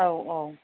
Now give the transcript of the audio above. औ औ